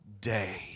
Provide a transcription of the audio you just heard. day